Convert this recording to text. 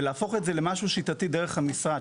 ולהפוך את זה למשהו שיטתי דרך המשרד.